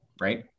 right